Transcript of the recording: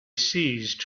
ceased